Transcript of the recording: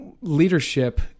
leadership